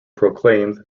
proclaimed